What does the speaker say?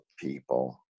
people